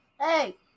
Hey